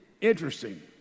interesting